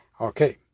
Okay